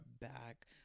back